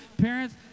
Parents